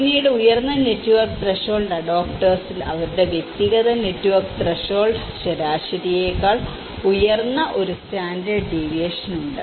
പിന്നീട് ഉയർന്ന network threshold അഡോപ്റ്റേഴ്സിൽ അവരുടെ വ്യക്തിഗത നെറ്റ്വർക്ക് ത്രെഷോൾഡ് ശരാശരിയേക്കാൾ ഉയർന്ന ഒരു സ്റ്റാൻഡേർഡ് ഡീവിയേഷൻ ഉണ്ട്